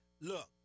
look